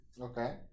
Okay